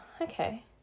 okay